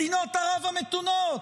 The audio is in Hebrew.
מדינות ערב המתונות,